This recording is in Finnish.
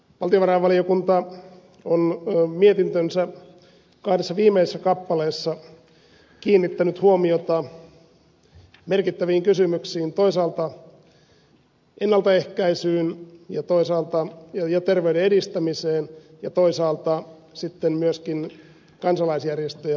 valtiovarainvaliokunta on mietintönsä kahdessa viimeisessä kappaleessa kiinnittänyt huomiota merkittäviin kysymyksiin toisaalta ennaltaehkäisyyn ja terveyden edistämiseen ja toisaalta myöskin kansalaisjärjestöjen asemaan